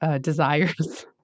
desires